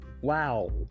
Wow